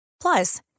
Plus